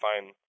fine